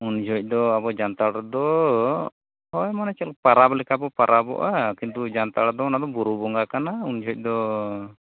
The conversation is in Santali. ᱩᱱ ᱡᱚᱦᱚᱜᱫᱚ ᱟᱵᱚ ᱡᱟᱱᱛᱷᱟᱲ ᱨᱮᱫᱚ ᱦᱚᱭ ᱢᱟᱱᱮ ᱪᱮᱫ ᱯᱟᱨᱟᱵᱽ ᱞᱮᱠᱟᱵᱚ ᱯᱟᱨᱟᱵᱚᱜᱼᱟ ᱠᱤᱱᱛᱩ ᱡᱟᱱᱛᱷᱟᱲ ᱫᱚ ᱚᱱᱟᱫᱚ ᱵᱩᱨᱩ ᱵᱚᱸᱜᱟ ᱠᱟᱱᱟ ᱩᱱ ᱡᱚᱦᱚᱜᱫᱚ